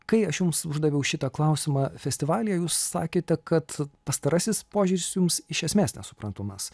kai aš jums uždaviau šitą klausimą festivalyje jūs sakėte kad pastarasis požiūris jums iš esmės nesuprantamas